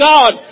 God